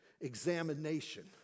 examination